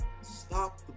Stop